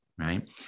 right